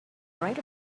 write